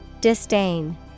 Disdain